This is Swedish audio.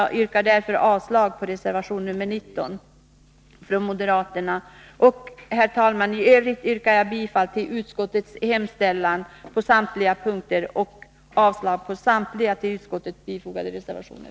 Jag yrkar därför avslag på reservation nr 19 från moderaterna. Herr talman! I övrigt yrkar jag bifall till utskottets hemställan på samtliga punkter samt avslag på samtliga till utskottsbetänkandet fogade reservationer.